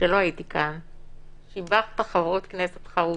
כשלא הייתי כאן, שיבחת חברות כנסת חרוצות.